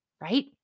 right